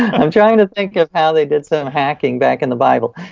i'm trying to think of how they did some hacking back in the bible.